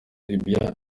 libya